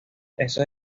esos